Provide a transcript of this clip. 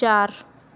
ਚਾਰ